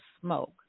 smoke